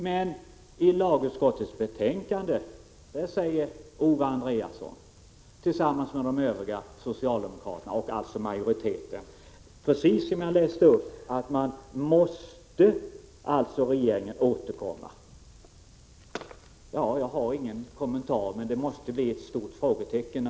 Men i lagutskottets betänkande uttalar Owe Andréasson tillsammans med de övriga socialdemokraterna, dvs. utskottsmajoriteten, just det som jag läste upp, alltså att regeringen måste återkomma. Jag har ingen kommentar — det måste naturligtvis bli ett stort frågetecken.